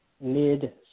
mid